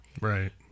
right